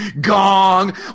Gong